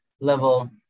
level